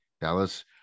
Dallas